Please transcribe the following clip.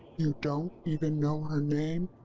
you don't even know her name?